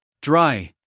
dry